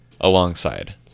alongside